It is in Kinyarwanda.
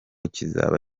kizaba